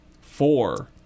Four